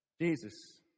Jesus